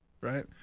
Right